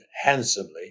handsomely